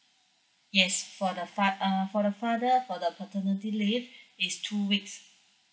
yes for the fat~ err for the father for the paternity leave it's two weeks